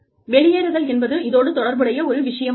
வெளியேறுதல் என்பது இதோடு தொடர்புடைய ஒரு விஷயமாகும்